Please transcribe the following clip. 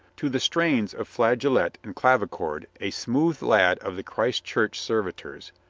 to the strains of flageolet and clavichord a smooth lad of the christ church servitors,